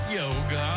yoga